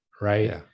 Right